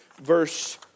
verse